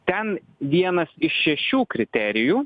ten vienas iš šešių kriterijų